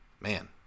man